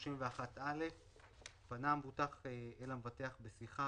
פנה המבוטח אל המבטח בשיחה,